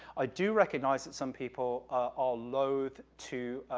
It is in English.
i do recognize that some people, um, are loathe to,